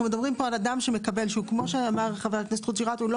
אנחנו מדברים פה על אדם שכמו שאמר חבר הכנסת חוג'יראת הוא לא